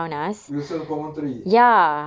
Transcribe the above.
wilsons promontory